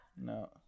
No